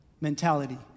mentality